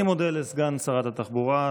אני מודה לסגן שרת התחבורה.